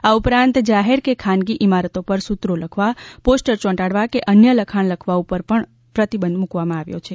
આ ઉપરાંત જાહેર કે ખાનગી ઈમારતો પર સુત્રો લખવા પોસ્ટર ચોંટાડવા કે અન્ય લખાણ લખવા ઉપર પણ પ્રતિબંધ મૂકવામાં આવ્યો છે